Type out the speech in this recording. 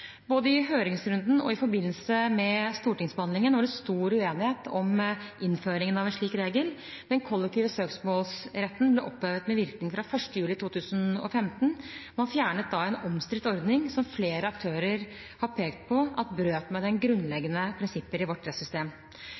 Både i høringsrunden og i forbindelse med stortingsbehandlingen var det stor uenighet om innføringen av en slik regel. Den kollektive søksmålsretten ble opphevet med virkning fra 1. juli 2015. Man fjernet da en omstridt ordning som flere aktører har pekt på at brøt med grunnleggende prinsipper i vårt rettssystem.